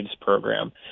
Program